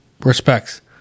respects